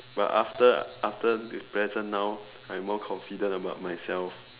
but after after present now I'm more confident about myself